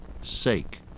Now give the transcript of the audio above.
sake